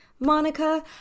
monica